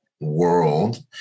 world